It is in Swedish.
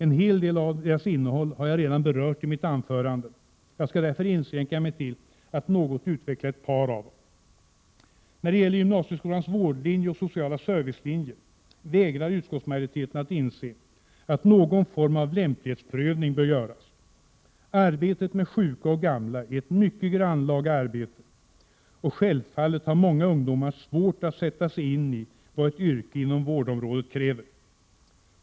En hel del av reservationernas innehåll har jag redan berört i mitt anförande. Jag skall därför inskränka mig till att något utveckla ett par av dem. När det gäller gymnasieskolans vårdlinje och sociala servicelinje vägrar utskottsmajoriteten att inse att någon form av lämplighetsprövning bör göras. Arbetet med sjuka och gamla är ett mycket grannlaga arbete, och självfallet har många ungdomar svårt att sätta sig in i vad ett yrke inom vårdområdet kräver.